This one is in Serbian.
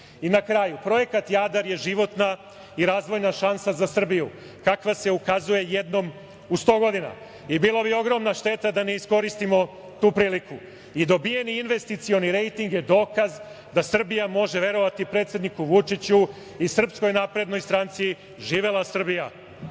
kraju, projekat Jadar je životna i razvojna šansa za Srbiju kakva se ukazuje jednom u 100 godina i bila bi ogromna šteta da ne iskoristimo tu priliku. Dobijeni investicioni rejting je dokaz da Srbija može verovati predsedniku Vučiću i SNS. Živela Srbija!